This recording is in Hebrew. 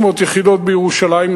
1,500 יחידות בירושלים,